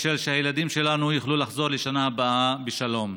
בשביל שהילדים שלנו יוכלו לחזור בשנה הבאה בשלום,